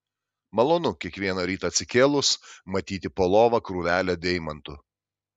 malonu kiekvieną rytą atsikėlus matyti po lova krūvelę deimantų